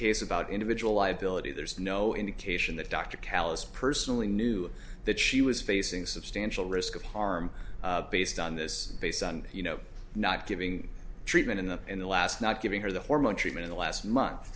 case about individual liability there's no indication that dr calloused personally knew that she was facing substantial risk of harm based on this based on you know not giving treatment in the in the last not giving her the hormone treatment in the last month